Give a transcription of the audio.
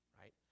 right